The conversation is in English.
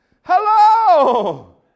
Hello